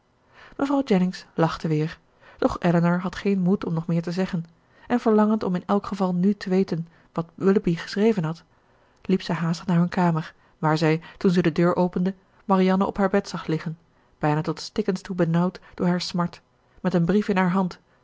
mevrouw jennings lachte weer doch elinor had geen moed om nog meer te zeggen en verlangend om in elk geval nu te weten wat willoughby geschreven had liep zij haastig naar hun kamer waar zij toen ze de deur opende marianne op haar bed zag liggen bijna tot stikkens toe benauwd door hare smart met een brief in haar hand